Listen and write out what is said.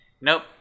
Nope